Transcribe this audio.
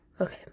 okay